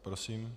Prosím.